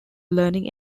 learning